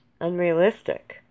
unrealistic